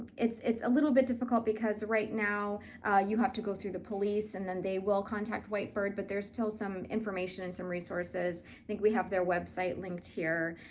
it's. it's a little bit difficult because right now you have to go through the police, and then they will contact white bird, but there's still some information and some resources. i think we have their website linked here.